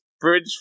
bridge